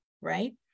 right